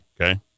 okay